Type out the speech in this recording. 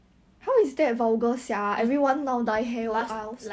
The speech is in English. maybe her head weak